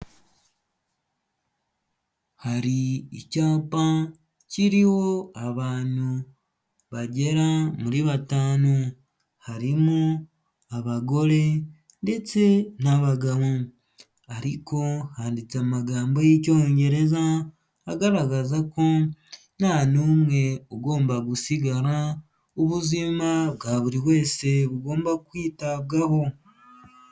Hari icyapa kiriho abantu bagera muri batanu, harimo abagore ndetse n'abagabo, ariko handitse amagambo y'icyongereza agaragaza ko, nta n'umwe ugomba gusigara ubuzima bwa buri wese bugomba kwitabwaho.